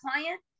client